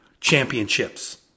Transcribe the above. Championships